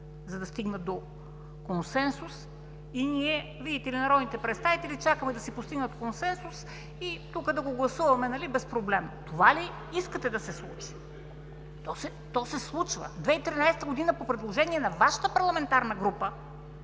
за да стигнат до консенсус и ние, видите ли, народните представители чакаме да си постигнат консенсус, и да го гласуваме без проблем. Това ли искате да се случи? То се случва. В 2013 г. по предложение на Вашата парламентарна група